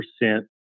percent